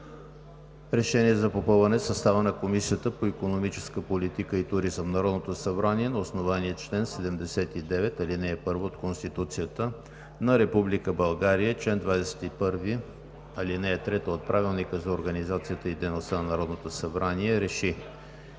РЕШЕНИЕ за попълване състава на Комисията по икономическа политика и туризъм Народното събрание на основание чл. 79, ал. 1 от Конституцията на Република България и чл. 21, ал. 3 от Правилника за организацията и дейността на Народното събрание